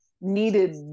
needed